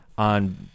on